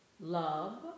love